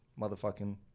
motherfucking